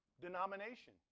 denomination